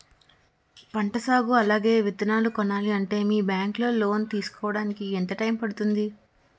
పంట సాగు అలాగే విత్తనాలు కొనాలి అంటే మీ బ్యాంక్ లో లోన్ తీసుకోడానికి ఎంత టైం పడుతుంది?